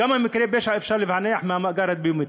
כמה מקרי פשע אפשר לפענח מהמאגר הביומטרי?